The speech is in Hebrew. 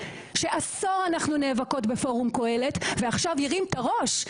שעשור אנחנו נאבקות בפורום קהלת שעכשיו הרים את הראש,